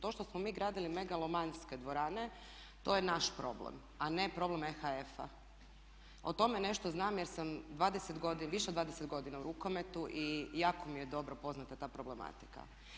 To što smo mi gradili megalomanske dvorane to je naš problem, a ne problem … [[Govornica se ne razumije.]] O tome nešto znam jer sam 20 godina, više od 20 godina u rukometu i jako mi je dobro poznata ta problematika.